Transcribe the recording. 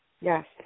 Yes